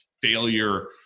failure